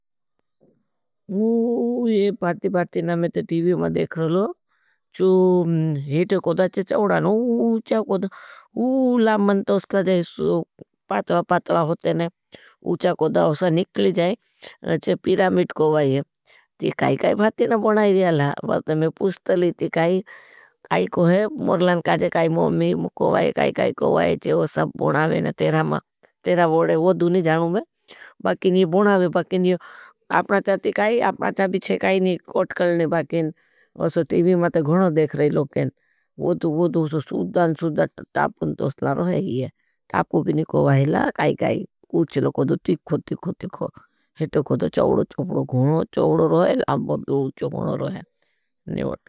मैं तीवी में देख रहा रहा रहा था जो एटे कोड़ा चे चाउड़ान। उच्छा कोड़ा पातला पातला होते हैं। उच्छा कोड़ा होसा निकली जाएं। चे पीरामिट कोड़ा है। ते काई काई भातीना बनाई रियाला। मैं पुछता लीती काई काई कोई मुरलान काई काई मॉम्मी कोई काई काई कोई चे वो सब बनावें तेरा मां। तेरा बोड़े वो दू नहीं जाणू मैं। बाकिन ये बनावें बाकिन ये अपना चाती काई अपना चाबी चे काई नहीं।